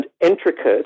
intricate